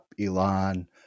Elon